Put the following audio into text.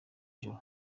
joro